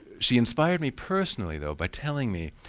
she inspired me personally, though, by telling me,